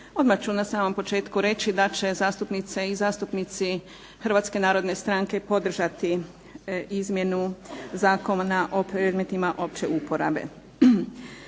Odmah ću na samom početku reći da će zastupnice i zastupnici Hrvatske narodne stranke podržati izmjenu Zakona o predmetima opće uporabe.